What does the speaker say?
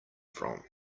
from